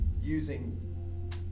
using